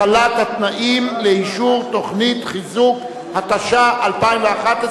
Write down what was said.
הקלת התנאים לאישור תוכנית חיזוק), התשע"א 2011,